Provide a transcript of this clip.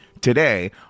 today